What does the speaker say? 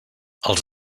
els